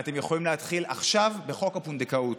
אתם יכולים להתחיל עכשיו, בחוק הפונדקאות.